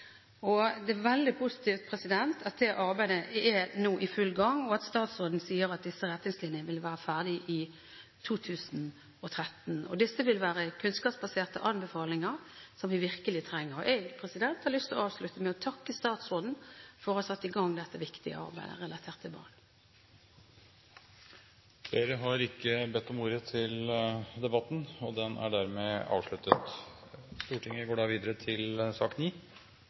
Det er veldig positivt at det arbeidet nå er i full gang, og at statsråden sier at disse retningslinjene vil være ferdige i 2013. Disse vil være kunnskapsbaserte anbefalinger som vi virkelig trenger. Jeg har lyst til å avslutte med å takke statsråden for å ha satt i gang dette viktige arbeidet relatert til barn. Flere har ikke bedt om ordet til sak nr. 9. Etter ønske fra helse- og omsorgskomiteen vil presidenten foreslå at taletiden begrenses til